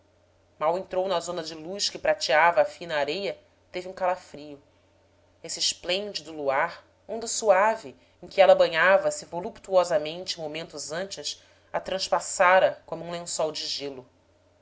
mal entrou na zona de luz que prateava a fina areia teve um calafrio esse esplêndido luar onda suave em que ela banhava se voluptuosamente momentos antes a transpassara como um lençol de gelo